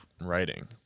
writing